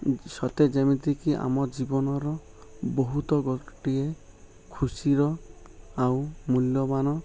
ସତେ ଯେମିତିକି ଆମ ଜୀବନର ବହୁତ ଗୋଟିଏ ଖୁସିର ଆଉ ମୂଲ୍ୟବାନ